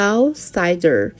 Outsider